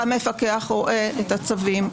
המפקח רואה את הצווים,